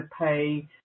pay